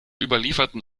überlieferten